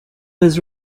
his